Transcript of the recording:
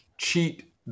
cheat